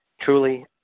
truly